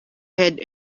head